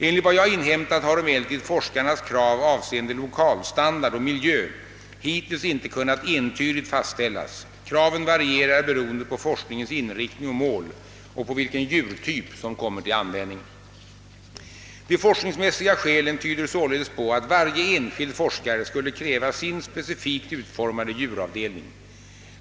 Enligt vad jag inhämtat har emellertid forskarnas krav avseende lokalstandard och miljö hittills inte kunnat entydigt fastställas. Kraven varierar beroende på forskningens inriktning och mål och på vilken djurtyp som kommer till användning. De forskningsmässiga skälen tyder således på att varje enskild forskare skulle kräva sin specifikt utformade djuravdelning.